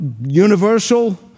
universal